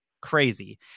crazy